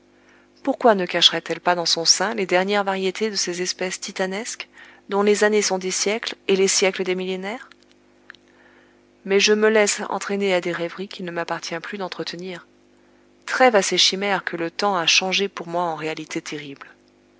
pourquoi ne cacherait elle pas dans son sein les dernières variétés de ces espèces titanesques dont les années sont des siècles et les siècles des millénaires mais je me laisse entraîner à des rêveries qu'il ne m'appartient plus d'entretenir trêve à ces chimères que le temps a changées pour moi en réalités terribles